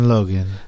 Logan